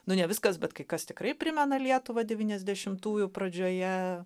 nu ne viskas bet kai kas tikrai primena lietuvą devyniasdešimtųjų pradžioje